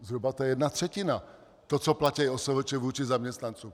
Zhruba to je jedna třetina, to, co platí OSVČ vůči zaměstnancům.